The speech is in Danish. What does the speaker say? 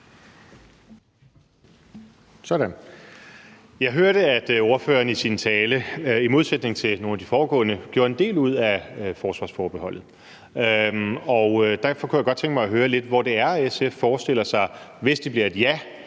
Jeg hørte, at ordføreren i sin tale – i modsætning til nogle af de foregående – gjorde en del ud af forsvarsforbeholdet. Og derfor kunne jeg godt tænke mig at høre lidt om, hvor det er, SF forestiller sig, hvis det bliver et ja